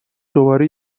دوباره